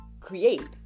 create